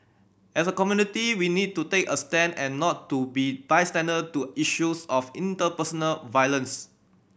as a community we need to take a stand and not to be bystander to issues of interpersonal violence